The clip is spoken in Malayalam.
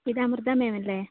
ഇത് അമൃത മാം അല്ലേ